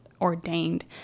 ordained